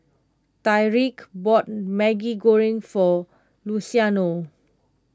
Tyreek bought Maggi Goreng for Luciano